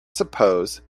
suppose